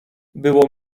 było